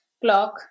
clock